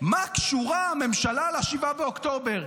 מה קשורה הממשלה ל-7 באוקטובר?